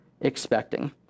expecting